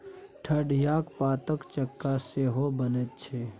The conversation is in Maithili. ठढियाक पातक चक्का सेहो बनैत छै